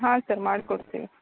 ಹಾಂ ಸರ್ ಮಾಡಿಕೊಡ್ತಿನಿ